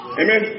amen